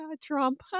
Trump